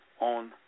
on